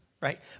right